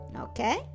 okay